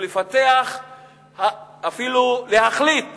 אפילו להחליט